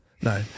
No